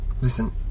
Listen